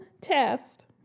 test